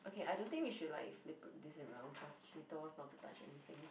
what else okay I don't think we should like flip this around cause she told us not to touch anything